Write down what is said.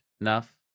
enough